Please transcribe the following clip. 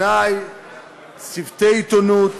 צוותי עיתונות,